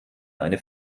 eine